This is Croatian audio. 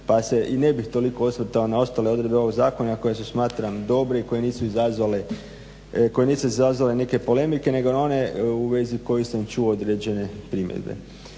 pa se i ne bih toliko osvrtao na ostale odredbe ovog zakona koje su smatram dobre i koje nisu izazvale neke polemike, nego na one u vezi kojih sam čuo određene primjedbe.